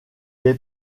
est